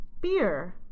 beer